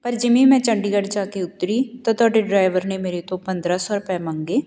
ਪਰ ਜਿਵੇਂ ਮੈਂ ਚੰਡੀਗੜ੍ਹ ਜਾ ਕੇ ਉੱਤਰੀ ਤਾਂ ਤੁਹਾਡੇ ਡਰਾਈਵਰ ਨੇ ਮੇਰੇ ਤੋਂ ਪੰਦਰਾਂ ਸੌ ਰੁਪਏ ਮੰਗੇ